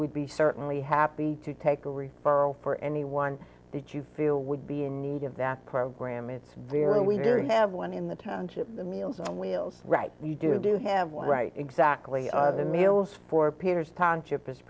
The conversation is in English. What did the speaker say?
would be certainly happy to take a referral for anyone that you feel would be in need of that program it's very very i have one in the township meals on wheels right you do have one right exactly the meals for peter's township is